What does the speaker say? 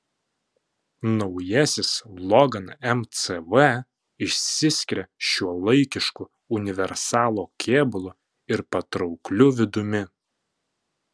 naujasis logan mcv išsiskiria šiuolaikišku universalo kėbulu ir patraukliu vidumi